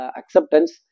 acceptance